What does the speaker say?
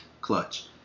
clutch